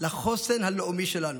לחוסן הלאומי שלנו.